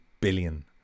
billion